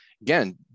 Again